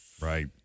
Right